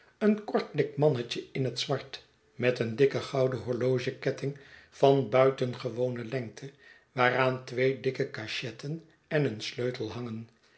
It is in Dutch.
een kort dik mannetje in het zwart met een dikken gouden horlogeketting van buitengewone lengte waaraan twee dikke cachetten en een sleutel hangen